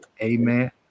Amen